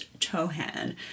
tohan